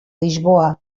lisboa